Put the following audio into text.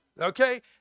Okay